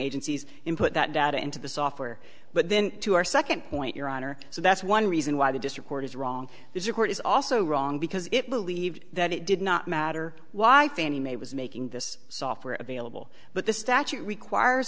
agencies input that data into the software but then to our second point your honor so that's one reason why the district court is wrong is a court is also wrong because it believes that it did not matter why fannie mae was making this software available but the statute requires